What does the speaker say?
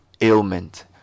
ailment